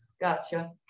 Gotcha